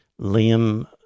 Liam